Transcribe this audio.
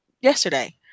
yesterday